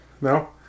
No